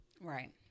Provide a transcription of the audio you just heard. Right